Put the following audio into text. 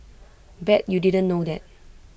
bet you didn't know that